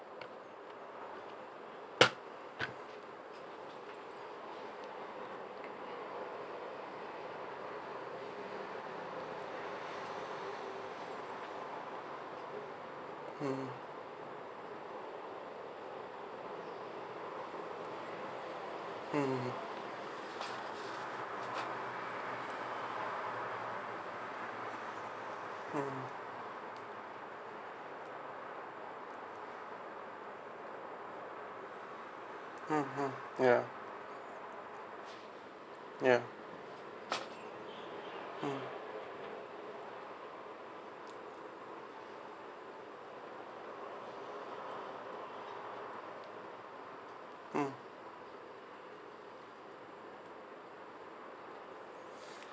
mm mm mm mm mm ya ya mm mm